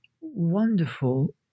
wonderful